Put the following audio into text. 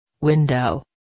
window